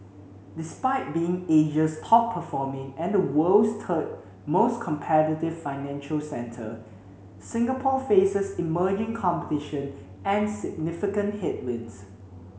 despite being Asia's top performing and the world's third most competitive financial centre Singapore faces emerging competition and significant headwinds